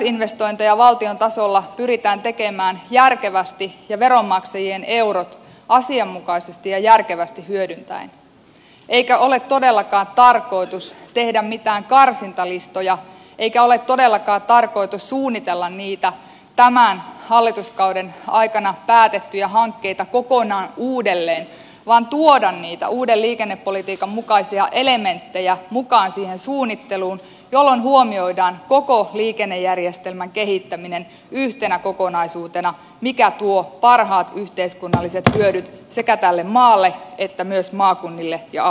parannusinvestointeja valtion tasolla pyritään tekemään järkevästi ja veronmaksajien eurot asianmukaisesti ja järkevästi hyödyntäen eikä ole todellakaan tarkoitus tehdä mitään karsintalistoja eikä ole todellakaan tarkoitus suunnitella niitä tämän hallituskauden aikana päätettyjä hankkeita kokonaan uudelleen vaan tuoda niitä uuden liikennepolitiikan mukaisia elementtejä mukaan siihen suunnitteluun jolloin huomioidaan koko liikennejärjestelmän kehittäminen yhtenä kokonaisuutena mikä tuo parhaat yhteiskunnalliset hyödyt sekä tälle maalle että myös maakunnille ja alueille